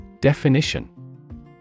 Definition